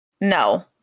no